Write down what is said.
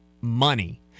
money